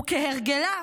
וכהרגלה,